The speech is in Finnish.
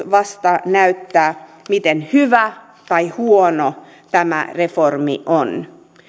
vasta näyttää miten hyvä tai huono tämä reformi on